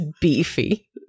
beefy